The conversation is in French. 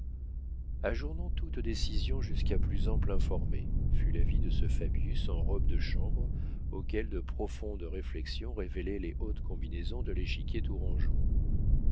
ajournons toute décision jusqu'à un plus ample informé fut l'avis de ce fabius en robe de chambre auquel de profondes réflexions révélaient les hautes combinaisons de l'échiquier tourangeau